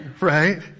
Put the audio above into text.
right